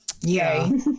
yay